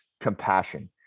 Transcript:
compassion